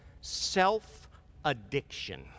self-addiction